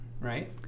Right